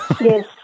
yes